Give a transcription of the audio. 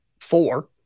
four